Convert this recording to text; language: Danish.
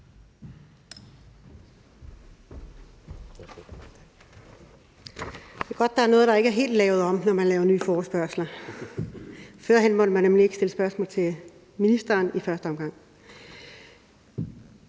Det er godt, at der er noget, der ikke er lavet helt om, når man laver nye forespørgsler. Førhen måtte man nemlig ikke stille spørgsmål til ministeren i første omgang.